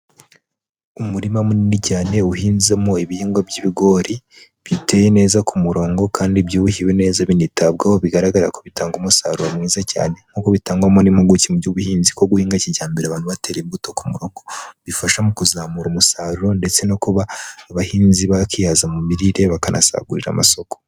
Umurima munini cyane uhinzemo ibihingwa by'ibigori, biteye neza ku murongo, kandi byuhiwe neza binitabwaho bigaragara ko bitanga umusaruro mwiza cyane, nk'uko bitangwamo n'impuguke mu by'ubuhinzi ko guhinga kijyambere abantu batera imbuto ku murongo, bifasha mu kuzamura umusaruro ndetse no kuba abahinzi bakihaza mu mirire, bakanasagurira amasoko.